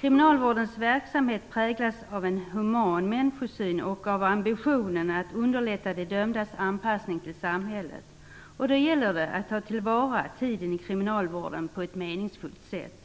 Kriminalvårdens verksamhet präglas av en human människosyn och av ambitionen att underlätta de dömdas anpassning till samhället. Då gäller det att ta till vara tiden i kriminalvården på ett meningsfullt sätt.